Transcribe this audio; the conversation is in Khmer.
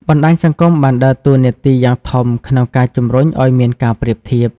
បណ្តាញសង្គមបានដើរតួនាទីយ៉ាងធំក្នុងការជំរុញឲ្យមានការប្រៀបធៀប។